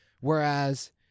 Whereas